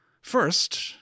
First